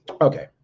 Okay